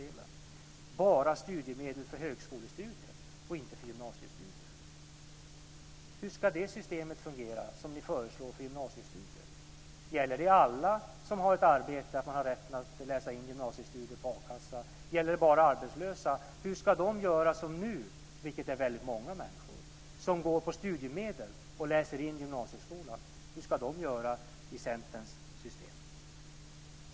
Vidare handlar det om studiemedel bara för högskolestudier och inte för gymnasiestudier. Hur ska det system som ni föreslår för gymnasiestudier fungera? Ska alla som har ett arbete ha rätt att bedriva gymnasiestudier på a-kassa eller gäller det bara de arbetslösa? Hur ska de göra som nu, vilket är väldigt många människor, går på studiemedel och läser in gymnasieskolan? Hur ska de göra i Centerns system?